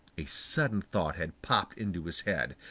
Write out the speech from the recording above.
a sudden thought had popped into his head.